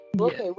Okay